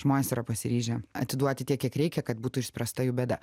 žmonės yra pasiryžę atiduoti tiek kiek reikia kad būtų išspręsta jų bėda